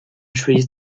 trees